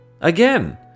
Again